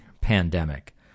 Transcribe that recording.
pandemic